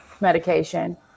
medication